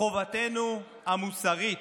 חובתנו המוסרית,